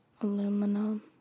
Aluminum